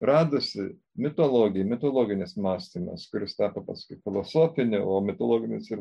radosi mitologija mitologinis mąstymas kuris tapo paskui filosofiniu o mitologinis ir